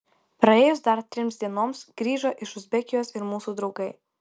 praėjus dar trims dienoms grįžo iš uzbekijos ir mūsų draugai